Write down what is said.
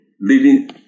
living